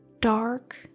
dark